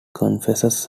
confesses